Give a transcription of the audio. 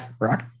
rock